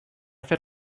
fer